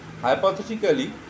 hypothetically